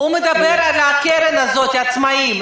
הוא מדבר על הקרן הזאת לעצמאים.